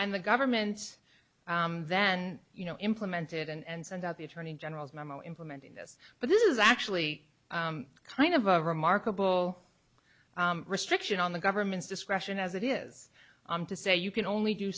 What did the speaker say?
and the government then you know implemented and sent out the attorney general's memo implementing this but this is actually kind of a remarkable restriction on the government's discretion as it is i'm to say you can only do